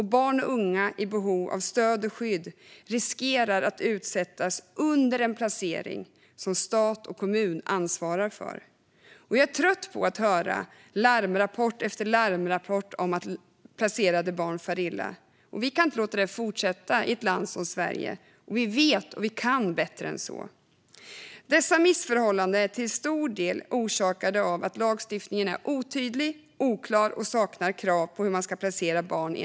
Barn och unga i behov av stöd och skydd riskerar alltså att utsättas under en placering som stat och kommun ansvarar för. Jag är trött på att höra larmrapport efter larmrapport om att placerade barn far illa. Vi kan inte låta detta fortsätta i ett land som Sverige. Vi vet och kan bättre än så. Dessa missförhållanden är till stor del orsakade av att lagstiftningen är otydlig och oklar och saknar krav på hur man ska placera barn.